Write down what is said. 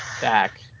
back